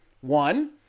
One